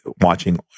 watching